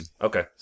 Okay